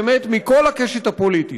באמת מכל הקשת הפוליטית,